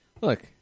Look